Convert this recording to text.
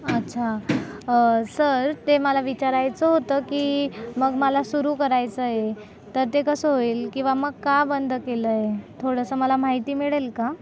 अच्छा सर ते मला विचारायचं होतं की मग मला सुरू करायचंय तर ते कसं होईल किंवा मग का बंद केलंय थोडंसं मला माहिती मिळेल का